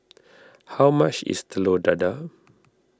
how much is Telur Dadah